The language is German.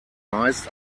meist